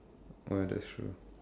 oh ya that's true